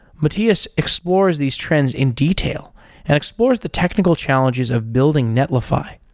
mathias explores these trends in detail and explores the technical challenges of building netlify.